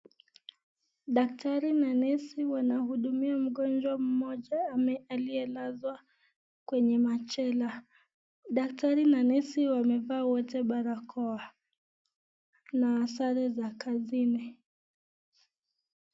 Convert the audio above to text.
Daktari na nesi wanahudumia mgonjwa mmoja aliyelazwa kwenye machela, daktari na nesi wamevaa wote barakoa, na sare za kazini.